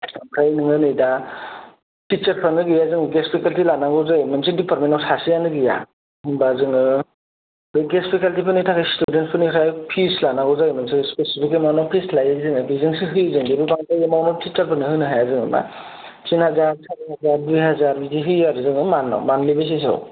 ओमफ्राय नोङो नै दा टिचार्सफ्रानो गैया जों गेस्ट फेकाल्टि लानांगौ जायो मोनसे दिपार्टमेन्टाव सासेआनो गैया होमबा जोङो बै गेस्ट फेकाल्टिफोरनि थाखाय स्टुडेन्ट फोरनिफ्राय फिस लानांगौ जायो मोनसे स्पेसिफिकेल नेमाव फिस लायो जोङो बेजोंसो होयो जों बेफोरखौ लायाबा टिचारफोरनो होनो हाया नामा टिन हाजार सारि हाजार दुइ हाजार बिदि होयो आरो जोङो मान्थलि बेसिसाव